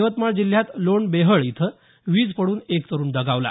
यवतमाळ जिल्ह्यात लोण बेहळ इथं वीज पडून एक तरुण दगावला